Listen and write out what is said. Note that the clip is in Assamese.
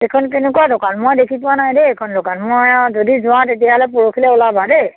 এইখন কেনেকুৱা দোকান মই দেখি পোৱা নাই দেই এইখন দোকান মই যদি যোৱা তেতিয়াহ'লে পৰহিলে ওলাবা দেই